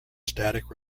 static